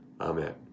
Amen